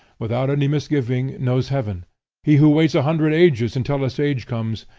without any misgiving, knows heaven he who waits a hundred ages until a sage comes,